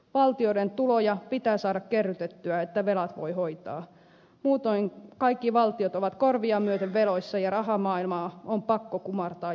valtioiden tuloja pitää saada kerrytettyä jotta velat voi hoitaa muutoin kaikki valtiot ovat korvia myöten veloissa ja rahamaailmaa on pakko kumartaa jatkossakin